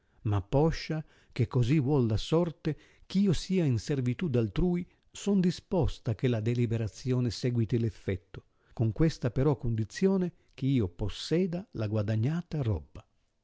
ma poscia che cosi vuol la sorte ch'io sia in servitù d'altrui son disposta che la deliberazione seguite l effetto con questa però condizione eh io posseda la guadagnata robba